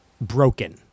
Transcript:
broken